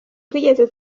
twigeze